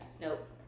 nope